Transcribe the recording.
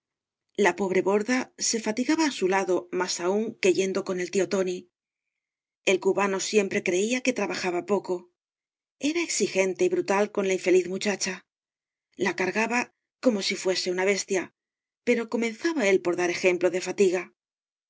la pobre borda se fatigaba á su lado más aúa v blasco ibáñbjz que yendo con el tío tóoi el cubano siempre creia que trabajaba poco era exigente y brutal con la infeliz muchacha la cargaba como si fuese una bestia pero comenzaba él por dar ejemplo de fatiga